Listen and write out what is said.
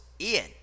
Ian